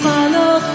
Follow